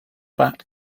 bat